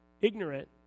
ignorant